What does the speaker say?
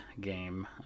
game